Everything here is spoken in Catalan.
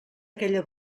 aquella